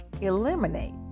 eliminate